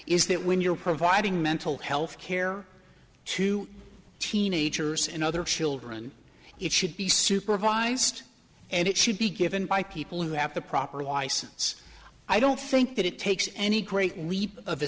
is that when you're providing mental health care to teenagers and other children it should be supervised and it should be given by people who have the proper license i don't think that it takes any